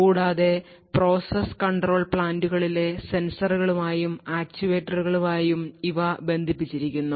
കൂടാതെ process control പ്ലാന്റുകളിലെ സെൻസറുകളുമായും ആക്യുവേറ്ററുകളുമായും ഇവ ബന്ധിപ്പിച്ചിരിക്കുന്നു